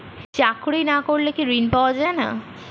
চাকরি না করলে কি ঋণ পাওয়া যায় না?